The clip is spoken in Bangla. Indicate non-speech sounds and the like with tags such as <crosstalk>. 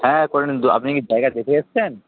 হ্যাঁ হ্যাঁ করে নিন <unintelligible> আপনি কি জায়গা দেখে এসেছেন